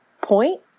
point